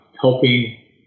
helping